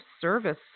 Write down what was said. service